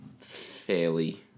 fairly